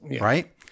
Right